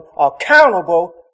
accountable